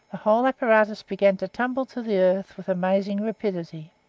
the whole apparatus began to tumble to the earth with amazing rapidity.